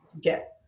get